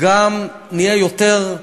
גם נהיה יותר,